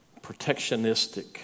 protectionistic